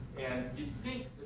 and you'd think